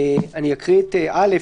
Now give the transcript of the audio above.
אני אקרא את סעיף קטן (א),